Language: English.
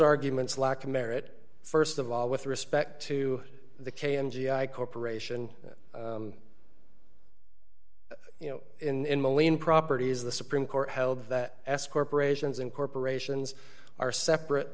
arguments lack of merit st of all with respect to the k n g i corporation you know in moline properties the supreme court held that s corporations and corporations are separate